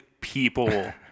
people